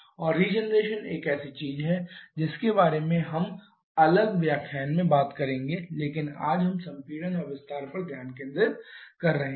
और रीजेनरेशन एक ऐसी चीज है जिसके बारे में हम अगले व्याख्यान में बात करेंगे लेकिन आज हम संपीड़न और विस्तार पर ध्यान केंद्रित कर रहे हैं